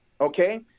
okay